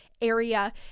area